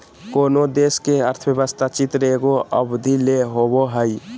कोनो देश के अर्थव्यवस्था चित्र एगो अवधि ले होवो हइ